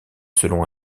selon